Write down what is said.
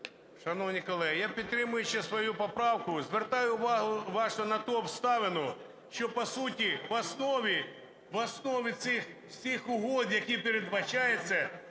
Шановні колеги, я підтримую ще свою поправку. Звертаю увагу вашу на ту обставину, що по суті в основі цих усіх угод, які передбачаються,